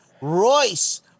Royce